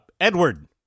Edward